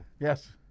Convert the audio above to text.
Yes